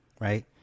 right